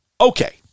Okay